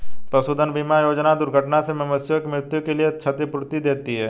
पशुधन बीमा योजना दुर्घटना से मवेशियों की मृत्यु के लिए क्षतिपूर्ति देती है